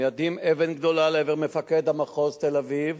מיידים אבן גדולה לעבר מפקד מחוז תל-אביב